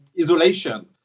isolation